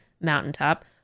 Mountaintop